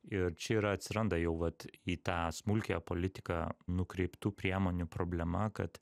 ir čia ir atsiranda jau vat į tą smulkiąją politiką nukreiptų priemonių problema kad